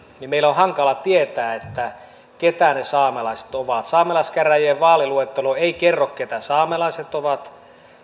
niin meidän on hankala tietää keitä ne saamelaiset ovat saamelaiskäräjien vaaliluettelo ei kerro keitä saamelaiset ovat